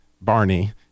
Barney